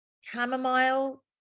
Chamomile